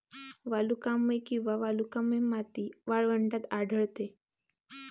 वालुकामय किंवा वालुकामय माती वाळवंटात आढळते